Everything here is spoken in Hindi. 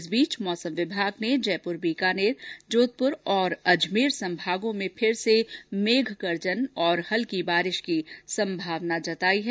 इस बीच मौसम विभाग ने जयपुर बीकानेर जोधपुर और अजमेर संभागों में फिर से मेघगर्जन और हल्की बारिश की संभावना जताई है